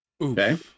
Okay